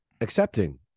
accepting